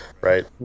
right